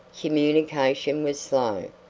communication was slow,